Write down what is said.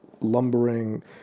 lumbering